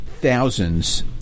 thousands